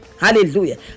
Hallelujah